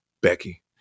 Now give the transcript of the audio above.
Becky